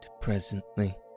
presently